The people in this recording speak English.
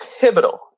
pivotal